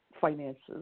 finances